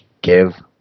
give